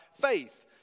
faith